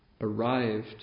arrived